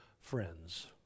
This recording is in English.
friends